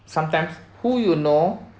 sometimes who you know